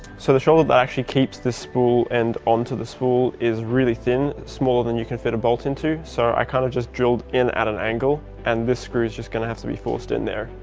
so the shoulder that actually keeps this spool end on to the spool is really thin smaller than you can fit a bolt into, so i kind of just drilled in at an angle and this screw is just gonna have to be forced in there.